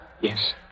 Yes